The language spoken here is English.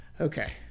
Okay